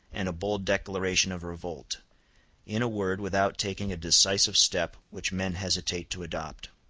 and a bold declaration of revolt in a word, without taking a decisive step which men hesitate to adopt.